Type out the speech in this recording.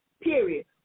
period